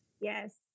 Yes